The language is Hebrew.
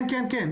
כן, כ, כן.